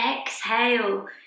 exhale